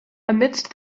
amidst